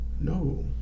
No